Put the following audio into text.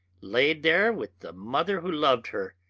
laid there with the mother who loved her,